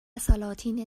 سلاطین